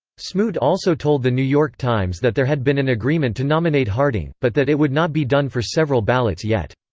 smoot also told the new york times that there had been an agreement to nominate harding, but that it would not be done for several ballots yet.